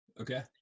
Okay